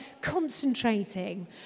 concentrating